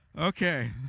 Okay